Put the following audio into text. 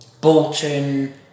Bolton